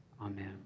Amen